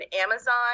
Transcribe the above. amazon